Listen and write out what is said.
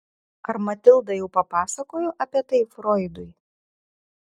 ar matilda jau papasakojo apie tai froidui